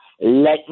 Let